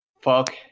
fuck